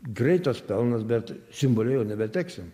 greitas pelnas bet simbolio jau nebeteksim